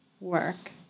work